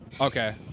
Okay